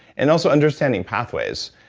and also understanding pathways.